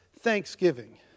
thanksgiving